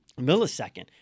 millisecond